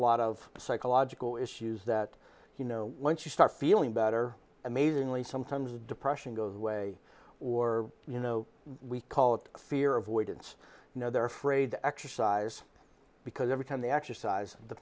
lot of psychological issues that you know once you start feeling better amazingly sometimes the depression goes away or you know we call it fear avoidance you know they're afraid to exercise because every in the exercise the